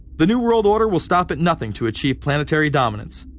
the new world order will stop at nothing to achieve planetary dominance,